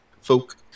folk